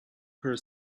her